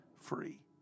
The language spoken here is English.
free